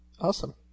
Awesome